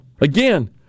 Again